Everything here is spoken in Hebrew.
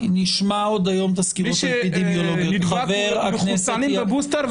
מי שנדבק הם המחוסנים בבוסטר.